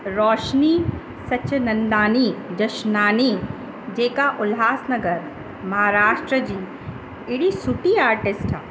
रोशिनी सचनंदानी जशनानी जेका उल्लहासनगर महाराष्ट्र जी अहिड़ी सुठी आर्टिस्ट आहे